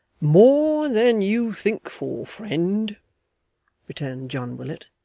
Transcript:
more than you think for, friend returned john willet.